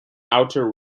outer